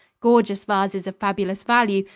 gorgeous vases of fabulous value,